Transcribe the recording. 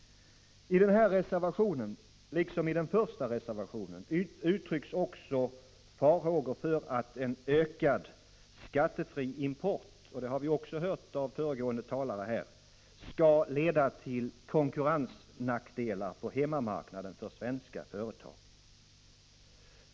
I denna reservation, liksom i den första, uttrycks också farhågor för att en ökad skattefri import skall leda till konkurrensnackdelar på hemmamarknaden för svenska företag.